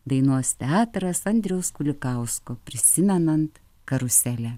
dainos teatras andriaus kulikausko prisimenant karuselę